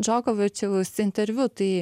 džokovičiaus interviu tai